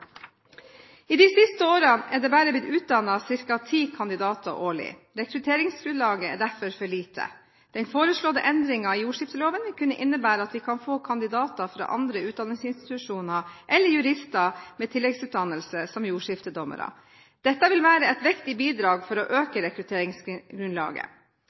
I de siste årene er det bare blitt utdannet ca. ti kandidater årlig. Rekrutteringsgrunnlaget er derfor for lite. Den foreslåtte endringen i jordskifteloven vil kunne innebære at vi kan få kandidater fra andre utdanningsinstitusjoner eller jurister med tilleggsutdannelse som jordskiftedommere. Dette vil være et viktig bidrag for å